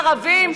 ערבים.